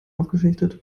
aufgeschichtet